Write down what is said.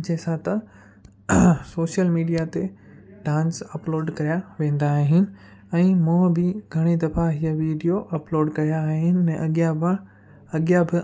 जंहिंसां त social media ते डांस अपलोड कया वेंदा आहिनि ऐं मूं बि घणी दफ़ा हीअं वीडियो अपलोड कया आहिनि ऐं अॻियां हुआ अॻियां बि